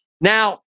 Now